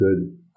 good